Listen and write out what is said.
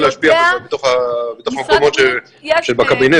אני חייב את הזמן כי אני רוצה להשפיע בתוך המקומות בקבינט,